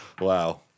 Wow